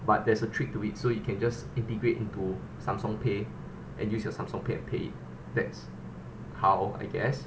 but there's a trick to it so you can just integrate into samsung pay and use your samsung pay and pay that's how I guess